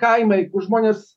kaimai kur žmonės